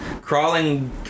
Crawling